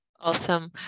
Awesome